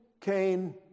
Cain